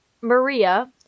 Maria